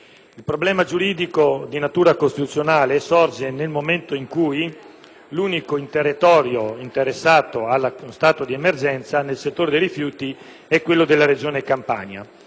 Il problema giuridico, di natura costituzionale, sorge nel momento in cui l'unico territorio interessato dallo stato di emergenza nel settore dei rifiuti è quello della Regione Campania.